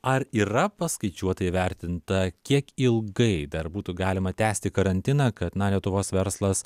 ar yra paskaičiuota įvertinta kiek ilgai dar būtų galima tęsti karantiną kad na lietuvos verslas